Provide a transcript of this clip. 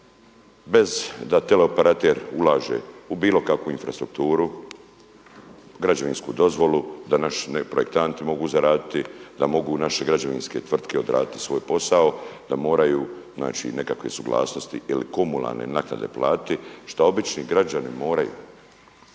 bez da teleoperater ulaže u bilo kakvu infrastrukturu, građevinsku dozvolu današnji projektanti mogu zaraditi, da mogu naše građevinske tvrtke odraditi svoj posao, da moraju nekakve suglasnosti ili komunalne naknade platiti šta obični građani moraju.